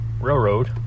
Railroad